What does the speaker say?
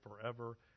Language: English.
forever